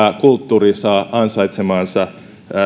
kulttuuri saavat ansaitsemaansa